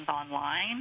online